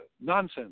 nonsense